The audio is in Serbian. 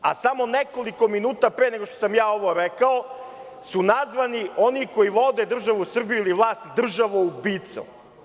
A samo nekoliko minuta pre nego što sam ja ovo rekao su nazvani oni koji vode državu Srbiju ili vlast – državoubicom.